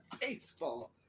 baseball